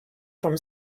from